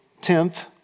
tenth